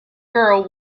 girl